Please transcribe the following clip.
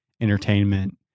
entertainment